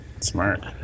Smart